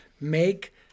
make